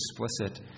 explicit